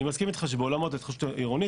אני מסכים איתך שבעולם ההתחדשות העירונית